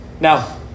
Now